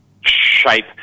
shape